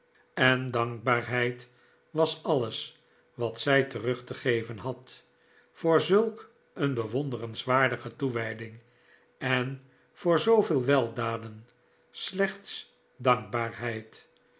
en dankbaarheid was alles wat zij terug te geven had voor zulk een bewonderenswaardige toewijding en voor zooveel weldaden slechts dankbaarheid